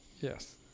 Yes